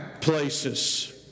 places